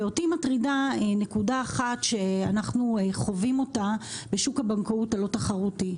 ואותי מטרידה היא נקודה אחת שאנחנו חווים אותה בשוק הבנקאות הלא תחרותי,